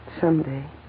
Someday